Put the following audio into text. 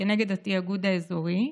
כנגד התיאגוד האזורי,